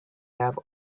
have